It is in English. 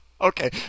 Okay